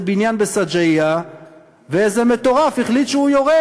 בניין בסג'עיה ואיזה מטורף החליט שהוא יורה.